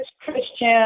Christian